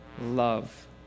love